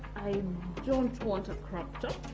i don't want a crop top